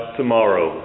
tomorrow